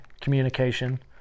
communication